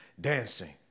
dancing